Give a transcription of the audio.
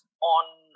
on